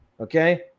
Okay